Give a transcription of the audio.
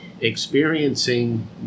experiencing